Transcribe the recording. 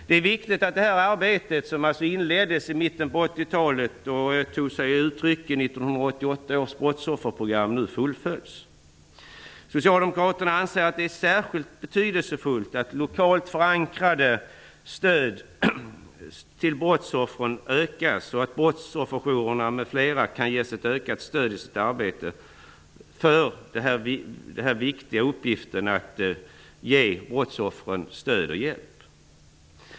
Det är viktigt att det här arbetet, som alltså inleddes i mitten på 1980-talet och som tog sig uttryck i 1988 brottsofferprogram, nu fullföljs. Socialdemokraterna anser att det är särskilt betydelsefullt att lokalt förankrat stöd till brottsoffren ökas och att brottsofferjourerna m.fl. kan ges ett ökat stöd i deras arbete med den viktiga uppgiften att ge brottsoffren stöd och hjälp.